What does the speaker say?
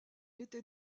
était